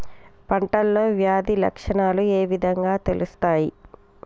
పంటలో వ్యాధి లక్షణాలు ఏ విధంగా తెలుస్తయి?